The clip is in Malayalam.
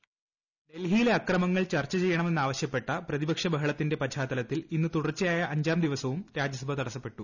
പ്പോയ്സ് ഡൽഹിയിലെ അക്രമങ്ങൾ ചർച്ച ചെയ്യണമെന്നാവശ്യപ്പെട്ട് പ്രതിപക്ഷ ബഹളത്തിന്റെ പശ്ചാത്ത്ലത്തിൽ ഇന്ന് തുടർച്ചയായ അഞ്ചാം ദിവസവും രാജ്യസഭ ത്ടസ്സപ്പെട്ടു